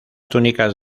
túnicas